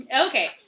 Okay